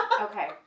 Okay